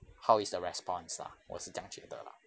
how is the response ah 我是这样觉得 ah